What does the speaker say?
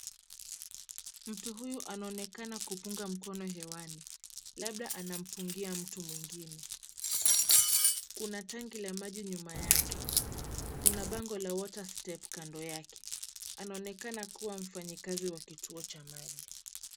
Mtu huyu anaonekana kupunga mkono hewani, labda anampungia mtu mwingine, kuna tanki la maji nyuma yake, kuna na bango la Water Step kando yake, anaonekana kuwa mfanyikazi wa kituo cha maji.